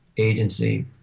Agency